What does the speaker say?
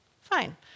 Fine